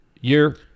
year